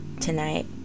tonight